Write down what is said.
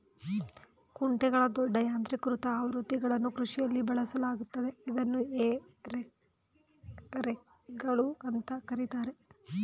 ಕುಂಟೆಗಳ ದೊಡ್ಡ ಯಾಂತ್ರೀಕೃತ ಆವೃತ್ತಿಗಳನ್ನು ಕೃಷಿಯಲ್ಲಿ ಬಳಸಲಾಗ್ತದೆ ಇದನ್ನು ಹೇ ರೇಕ್ಗಳು ಅಂತ ಕರೀತಾರೆ